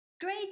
great